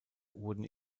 wurden